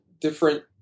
different